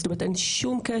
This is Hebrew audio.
זאת אומרת, אין שום קשר.